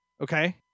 okay